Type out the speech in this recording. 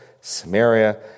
Samaria